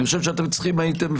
אני חושב שצריכים הייתם,